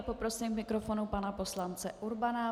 Poprosím k mikrofonu pana poslance Urbana.